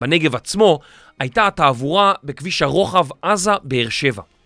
בנגב עצמו הייתה התעבורה בכביש הרוחב עזה באר שבע